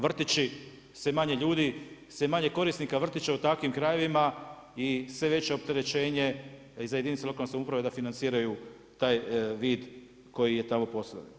Vrtići, sve manje ljudi, sve manje korisnika vrtića u takvim krajevima i sve veće opterećenje za jedinice lokalne samouprave da financiraju taj vid koji je tamo postoji.